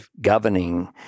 governing